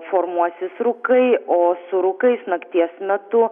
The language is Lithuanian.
formuosis rūkai o su rūkais nakties metu